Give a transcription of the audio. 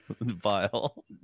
Vile